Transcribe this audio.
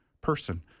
person